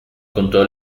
contó